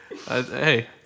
Hey